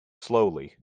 slowly